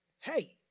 hey